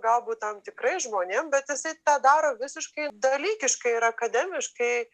galbūt tam tikrais žmonėm bet jisai tą daro visiškai dalykiškai ir akademiškai